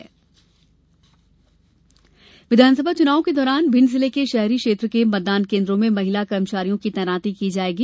मतदान महिलाएं विधानसभा चुनाव के दौरान भिंड जिले के शहरी क्षेत्र के मतदान केन्द्रों में महिला कर्मचारियों की तैनाती की जायेगी